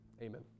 amen